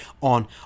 on